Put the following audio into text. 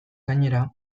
gainera